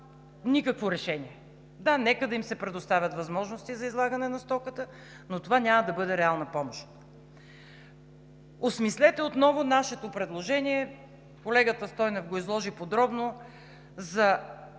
никакво решение. Да, нека да им се предоставят възможности за излагане на стоката, но това няма да бъде реална помощ. Осмислете отново нашето предложение, колегата Стойнев го изложи подробно, за